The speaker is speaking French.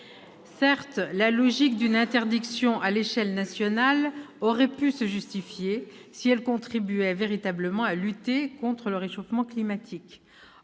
Certes, la logique d'une interdiction à l'échelle nationale aurait pu se justifier si elle contribuait véritablement à lutter contre le réchauffement climatique.